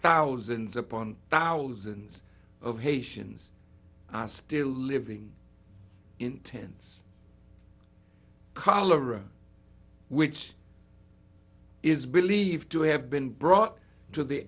thousands upon thousands of haitians are still living in tents cholera which is believed to have been brought to the